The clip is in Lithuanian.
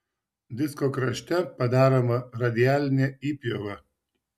disko krašte padaroma radialinė įpjova